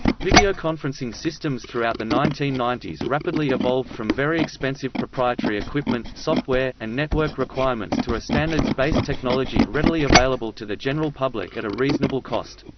videoconferencing systems throughout the nineteen ninety s rapidly evolved from very expensive proprietary equipment, software, and network requirements to a standards-based technology readily available to the general public at a reasonable cost.